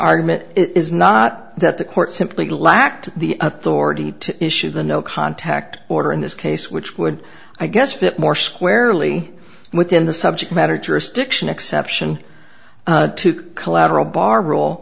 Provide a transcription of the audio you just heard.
argument is not that the court simply lacked the authority to issue the no contact order in this case which would i guess fit more squarely within the subject matter jurisdiction exception to the collateral bar role